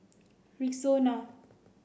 Rexona